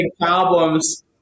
problems